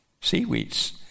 seaweeds